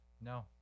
No